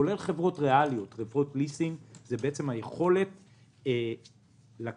כולל חברות ריאליות --- זה בעצם היכולת לקחת